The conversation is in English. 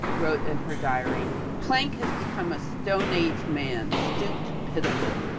wrote in her diary, planck has become a stone age man, stooped pitiful.